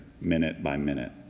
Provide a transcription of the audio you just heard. minute-by-minute